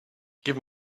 give